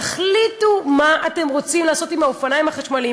תחליטו מה אתם רוצים לעשות עם האופניים החשמליים,